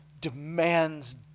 demands